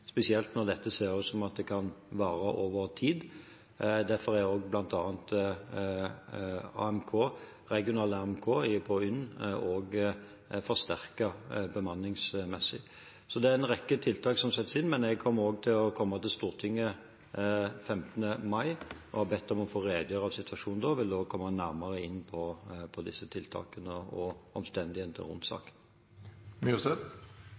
spesielt når det ser ut som om dette kan vare over tid. Derfor er bl.a. den regionale AMK på UNN forsterket bemanningsmessig. Så det er en rekke tiltak som settes inn. Jeg kommer til Stortinget 15. mai, og jeg har bedt om å få redegjøre for situasjonen. Da vil jeg komme nærmere inn på disse tiltakene og